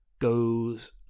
Goes